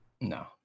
No